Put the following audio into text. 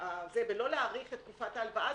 ולא להאריך את תקופת ההלוואה.